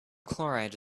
chloride